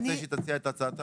אני רוצה שהיא תציע את הצעתה.